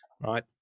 Right